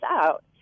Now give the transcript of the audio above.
out